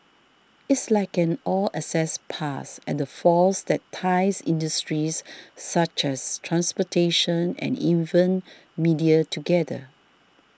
it's like an all access pass and the force that ties industries such as transportation and even media together